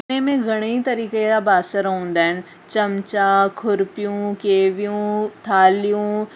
रंधिणे में घणे ई तरीक़े या बासण हूंदा आहिनि चमिचा खुरपियूं केवियूं थाल्हियूं